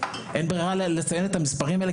אין לי ברירה אלא לציין את המספרים האלה,